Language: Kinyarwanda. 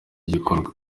gikorwa